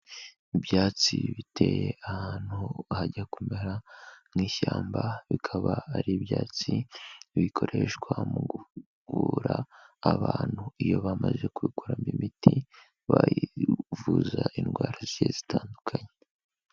Ibyatsi biteye ahantu hajya kumera nk'ishyamba, bikaba ari ibyatsi bikoreshwa mu kuvura abantu, iyo bamaze kubikoramo imiti bayivuza indwara zitandukanye.